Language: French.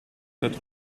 cette